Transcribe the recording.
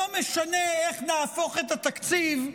לא משנה איך נהפוך את התקציב,